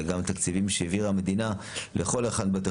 אלא גם על התקציבים שהעבירה המדינה לכל אחד מבתי